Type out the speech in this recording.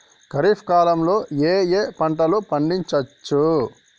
ఖరీఫ్ కాలంలో ఏ ఏ పంటలు పండించచ్చు?